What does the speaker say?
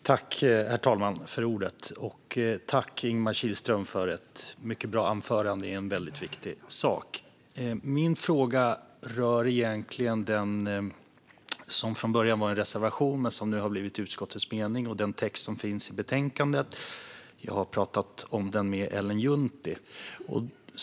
Herr talman! Tack, Ingemar Kihlström, för ett mycket bra anförande i en väldigt viktig sak! Min fråga rör det som från början var en reservation men som nu har blivit utskottets mening och den text som finns i betänkandet. Jag har pratat om den med Ellen Juntti.